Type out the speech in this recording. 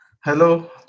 Hello